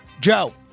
Joe